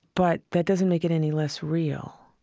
but that doesn't make it any less real